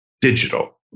digital